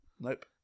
Nope